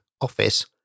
Office